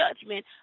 judgment